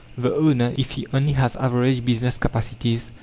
the owner, if he only has average business capacities,